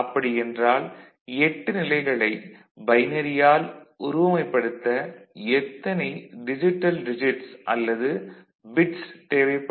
அப்படியென்றால் 8 நிலைகளை பைனரியால் உருவமைப்படுத்த எத்தனை டிஜிட்டல் டிஜிட்ஸ் அல்லது பிட்ஸ் தேவைப்படும்